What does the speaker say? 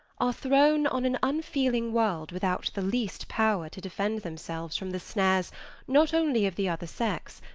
are thrown on an unfeeling world without the least power to defend themselves from the snares not only of the other sex,